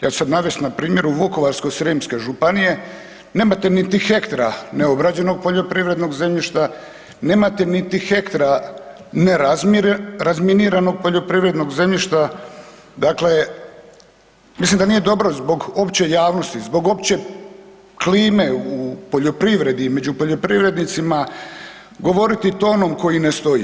Ja ću sada navesti na primjeru Vukovarsko-srijemske županije, nemate niti hektra neobrađenog poljoprivrednog zemljišta, nemate niti hektra nerazminiranog poljoprivrednog zemljišta, dakle mislim da nije dobro zbog opće javnosti, zbog opće klime u poljoprivredi i među poljoprivrednicima govoriti tonom koji ne stoji.